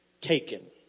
taken